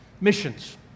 Missions